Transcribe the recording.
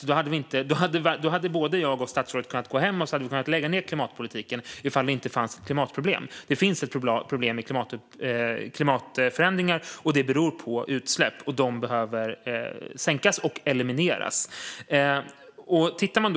Om det inte fanns ett klimatproblem hade både jag och statsrådet kunnat gå hem - då hade vi kunnat lägga ned klimatpolitiken. Det finns ett problem med klimatförändringar, och detta beror på utsläpp. De behöver sänkas och elimineras. Fru talman!